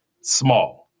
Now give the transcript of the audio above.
small